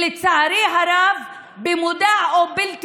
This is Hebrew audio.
לצערי הרב, במודע או שלא מודע,